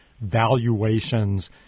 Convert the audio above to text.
valuations